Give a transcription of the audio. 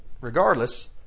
regardless